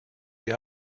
die